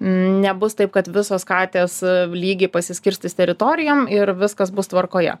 nebus taip kad visos katės lygiai pasiskirstys teritorijom ir viskas bus tvarkoje